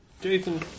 Jason